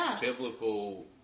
biblical